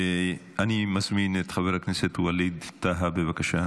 אני מזמין את חבר הכנסת ווליד טאהא, בבקשה.